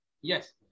Yes